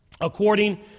according